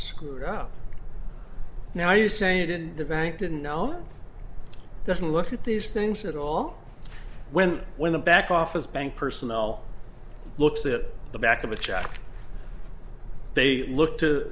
screwed up now you say it in the bank didn't know doesn't look at these things at all when when the back office bank personnel looks that the back of the check they look to